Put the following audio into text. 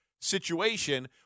situation